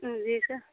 جی سر